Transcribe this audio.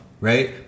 right